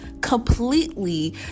completely